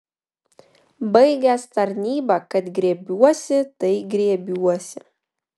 baigęs tarnybą kad griebsiuosi tai griebsiuosi